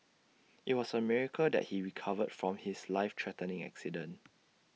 IT was A miracle that he recovered from his life threatening accident